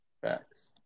Facts